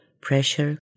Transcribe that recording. pressure